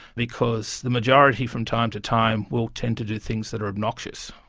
because the majority from time to time will tend to do things that are obnoxious.